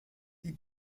die